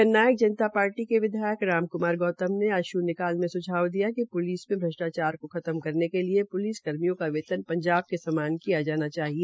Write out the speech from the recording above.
जननायक Janta party के विदयायक राजकमार गौतम ने आज शुन्यकाल में सुझाव दिया कि पुलिस में भ्रष्टाचार को खत्म करने के लिये पुलिस कर्मियों का वेतन पंजाब के समान किया जाना चाहिए